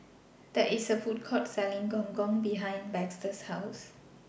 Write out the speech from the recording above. There IS A Food Court Selling Gong Gong behind Baxter's House